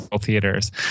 theaters